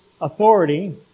authority